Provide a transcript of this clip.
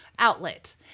outlet